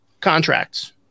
contracts